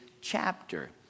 chapter